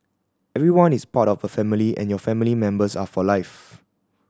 everyone is part of a family and your family members are for life